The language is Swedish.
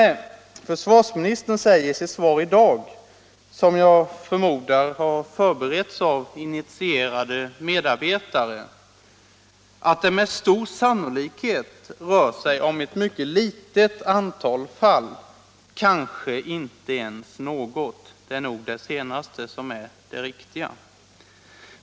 T. o. m. försvarsministern säger i dag i sitt = svar, vilket jag förmodar har förberetts av initierade medarbetare, ”att — Om arbetarskyddet det med stor sannolikhet rör sig om ett mycket litet antal fall, kanske inom försvaret inte ens något”. Det är nog det senaste som är det riktiga.